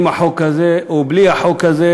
עם החוק הזה או בלי החוק הזה.